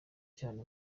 cyane